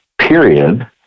period